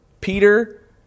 Peter